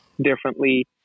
differently